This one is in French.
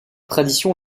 tradition